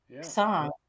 song